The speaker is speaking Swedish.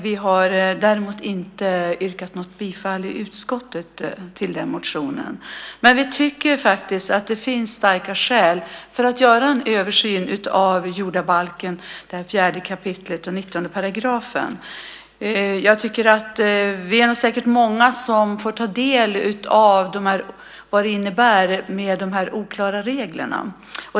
Vi har däremot inte yrkat bifall i utskottet till den motionen. Vi tycker att det finns starka skäl att göra en översyn av jordabalken 4 kap. 19 §. Vi är säkert många som får ta del av vad det innebär med de oklara reglerna.